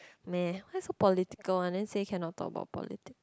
meh why so political one then say cannot talk about politics